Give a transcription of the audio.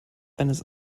eines